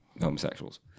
homosexuals